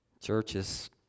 Churches